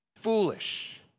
foolish